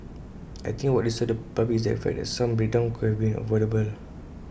I think what disturbs the public is the fact that some breakdowns could have been avoidable